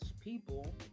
people